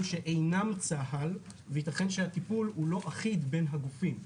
שאינם צה"ל וייתכן שהטיפול הוא לא אחיד בין הגופים.